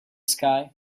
sky